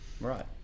Right